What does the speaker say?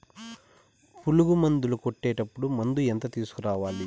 పులుగు మందులు కొట్టేటప్పుడు మందు ఎంత తీసుకురావాలి?